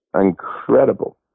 incredible